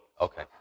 okay